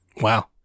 Wow